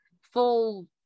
full